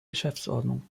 geschäftsordnung